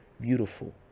beautiful